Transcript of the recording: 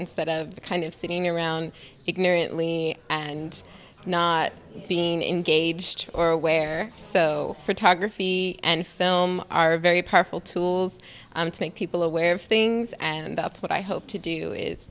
instead of kind of sitting around ignorantly and not being engaged or aware so photography and film are very powerful tools to make people aware of things and that's what i hope to do is